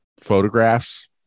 photographs